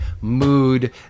mood